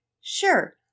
Sure